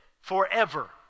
forever